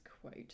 quote